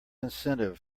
incentive